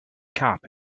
cap